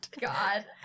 God